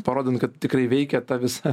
parodant kad tikrai veikia ta visa